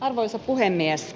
arvoisa puhemies